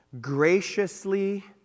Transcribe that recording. graciously